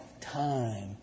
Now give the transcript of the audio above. time